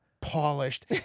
polished